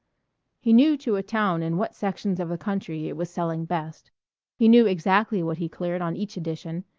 he knew to a town in what sections of the country it was selling best he knew exactly what he cleared on each edition,